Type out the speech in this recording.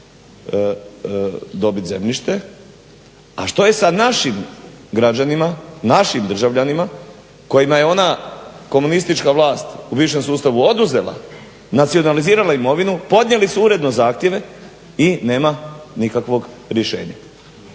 dobit zemljište a što je sa našim građanima, našim državljanima kojima je ona komunistička vlast u bivšem sustavu oduzela, nacionalizirala imovinu podnijeli su uredno zahtjeve i nema nikakvog rješenja.